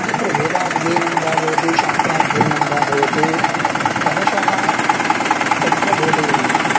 तत्र वेदाध्ययनं वा भवतु शास्त्राध्ययनं वा भवतु क्रमशः तत्र बोधयन्ति